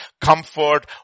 comfort